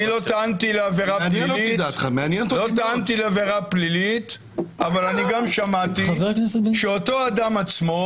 אני לא טענתי לעבירה פלילית אבל אני גם שמעתי שאותו אדם עצמו